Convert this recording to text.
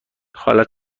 حالت